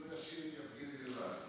לבד.